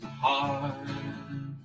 heart